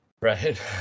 Right